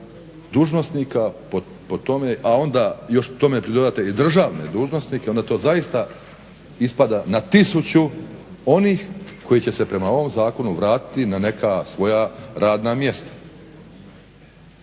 dužnosnika po tome, a onda još tome pridodate i državne dužnosnike onda to zaista ispada na tisuću onih koji će se prema ovom zakonu vratiti na neka svoja radna mjesta.